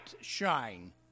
shine